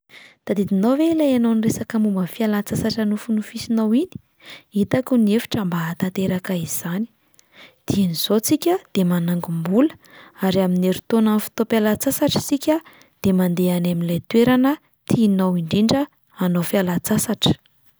“Tadidinao ve ilay ianao niresaka momba ny fialan-tsasatra nofinofinofisinao iny? Hitako ny hevitra mba hahatanteraka izany. Dieny izao tsika de manangom-bola, ary amin'ny heritaona amin'ny fotoam-pialan-tsasatra isika de mandeha any amin'ilay toerana tianao indrindra hanao fialan-tsasatra.